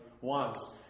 wants